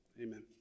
amen